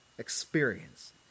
experience